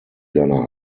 seiner